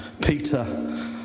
Peter